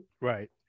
right